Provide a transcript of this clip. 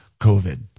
covid